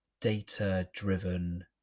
data-driven